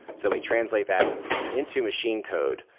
so we translate that into machine code.